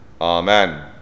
Amen